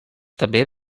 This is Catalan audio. també